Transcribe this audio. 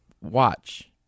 watch